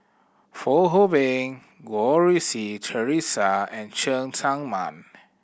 Fong Hoe Beng Goh Rui Si Theresa and Cheng Tsang Man